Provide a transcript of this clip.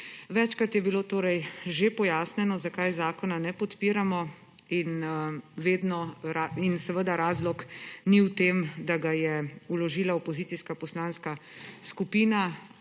Večkrat je bilo torej že pojasnjeno, zakaj zakona ne podpiramo, in seveda razlog ni v tem, da ga je vložila opozicijska poslanska skupina,